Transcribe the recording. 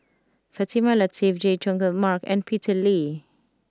Fatimah Lateef Chay Jung Jun Mark and Peter Lee